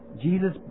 Jesus